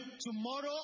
tomorrow